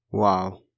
Wow